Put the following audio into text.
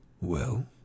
Well